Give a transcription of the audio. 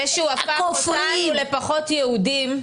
זה שהוא הפך אותנו לפחות יהודים,